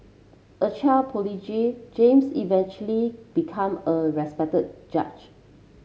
a child prodigy James eventually become a judge